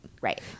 Right